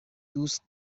دوست